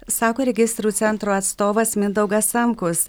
sako registrų centro atstovas mindaugas samkus